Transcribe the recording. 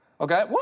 Okay